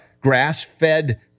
grass-fed